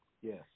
Yes